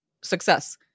success